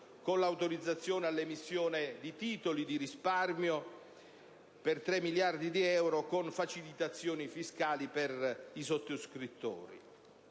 con l'autorizzazione all'emissione di titoli di risparmio per 3 miliardi di euro con facilitazioni fiscali per i sottoscrittori.